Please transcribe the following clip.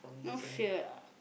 no fear ah